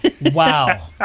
Wow